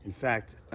fact,